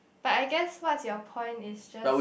but I guess what's your point is just